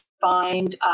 find